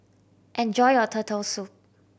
enjoy your Turtle Soup